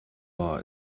bar